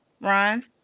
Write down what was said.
Ryan